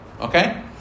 Okay